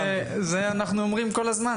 זה אנחנו אומרים כל הזמן,